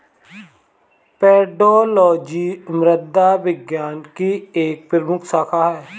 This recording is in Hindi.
पेडोलॉजी मृदा विज्ञान की एक प्रमुख शाखा है